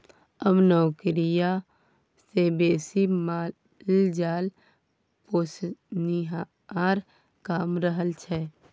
आब नौकरिया सँ बेसी माल जाल पोसनिहार कमा रहल छै